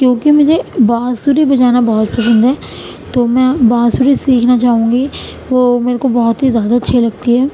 کیونکہ مجھے بانسری بجانا بہت پسند ہے تو میں بانسری سیکھنا چاہوں گی وہ میرے کو بہت ہی زیادہ اچھی لگتی ہے